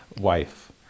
wife